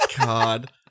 God